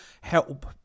help